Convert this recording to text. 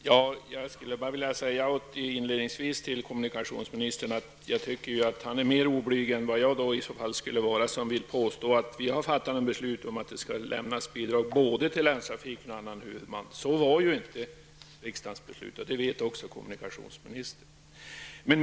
Herr talman! Jag skulle inledningsvis till kommunikationsministern vilja säga att jag tycker att han är mer oblyg än vad jag i så fall skulle vara, eftersom han påstår att vi har fattat något beslut om att det skall lämnas bidrag både till länstrafikbolagen och till annan huvudman. Riksdagens beslut innebar ju inte detta, det vet också kommunikationsministern.